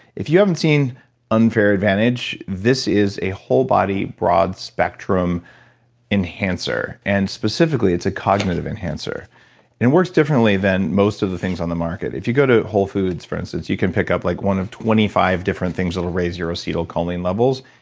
if you haven't seen unfair advantage, this is a wholebody, broad-spectrum enhancer, and specifically it's a cognitive enhancer it works differently than most of the things on the market. if you go to whole foods, for instance, you can pick up like one of twenty five different things that'll raise your acetylcholine levels,